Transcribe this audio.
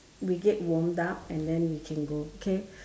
we get warmed up and then we can go okay